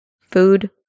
Food